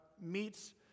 meets